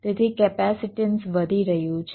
તેથી કેપેસિટન્સ વધી રહ્યું છે